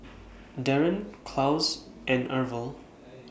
Daryn Claus and Arvel